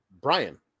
Brian